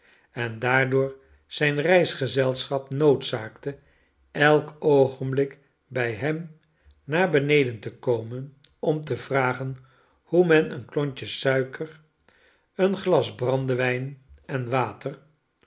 en daardoor zijn reisgezelschap noodzaakte elk oogenblik bij hern naar beneden te komen om te vragen hoe men eenklontje suiker een glas bran dew ijn en water